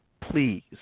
please